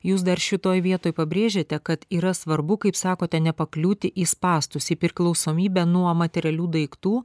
jūs dar šitoj vietoj pabrėžiate kad yra svarbu kaip sakote nepakliūti į spąstus į priklausomybę nuo materialių daiktų